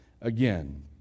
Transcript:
again